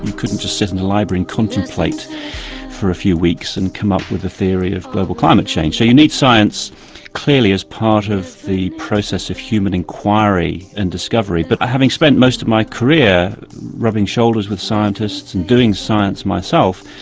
couldn't just sit in the library and contemplate for a few weeks and come up with a theory of global climate change so you need science clearly as part of the process of human enquiry and discovery. but having spent most of my career rubbing shoulders with scientists and doing science myself,